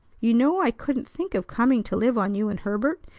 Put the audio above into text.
you know i couldn't think of coming to live on you and herbert.